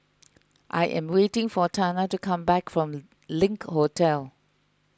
I am waiting for Tana to come back from Link Hotel